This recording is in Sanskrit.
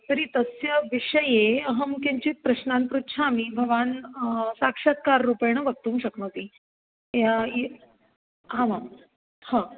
तर्हि तस्य विषये अहं काञ्चन प्रश्नान् पृच्छामि भवान् साक्षात्काररूपेण वक्तुं शक्नोति या अहमां हा